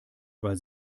weil